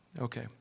Okay